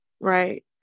Right